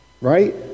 right